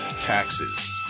taxes